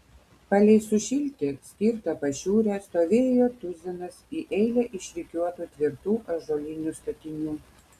palei sušilti skirtą pašiūrę stovėjo tuzinas į eilę išrikiuotų tvirtų ąžuolinių statinių